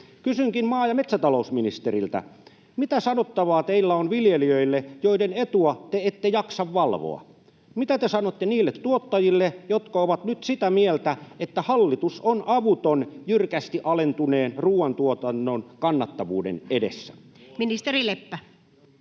Kysynkin maa- ja metsätalousministeriltä: Mitä sanottavaa teillä on viljelijöille, joiden etua te ette jaksa valvoa? Mitä te sanotte niille tuottajille, jotka ovat nyt sitä mieltä, että hallitus on avuton jyrkästi alentuneen ruoantuotannon kannattavuuden edessä? [Speech